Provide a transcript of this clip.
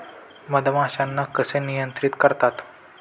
मधमाश्यांना कसे नियंत्रित करतात?